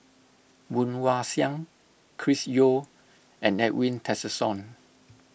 Woon Wah Siang Chris Yeo and Edwin Tessensohn